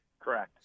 Correct